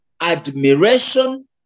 admiration